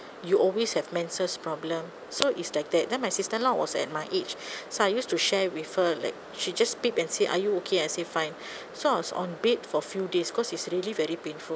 you always have menses problem so it's like that then my sister in law was at my age so I used to share with her like she just peep and say are you okay I say fine so I was on bed for few days because it's really very painful